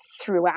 throughout